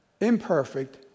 imperfect